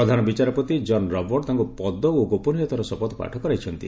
ପ୍ରଧାନ ବିଚାରପତି John Robert ତାଙ୍କ ପଦ ଓ ଗୋପନୀୟତାର ଶପଥପାଠ କରାଇଛନ୍ତି